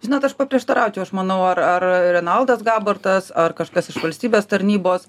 žinot aš paprieštaraučiau aš manau ar ar renaldas gabartas ar kažkas iš valstybės tarnybos